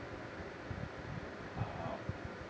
um